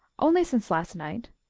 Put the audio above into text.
only since last night.